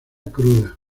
cruda